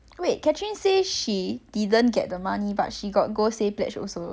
so weird mm